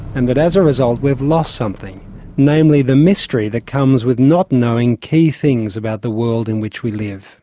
and that as a result we've lost something namely the mystery that comes with not knowing key things about the world in which we live.